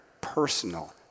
personal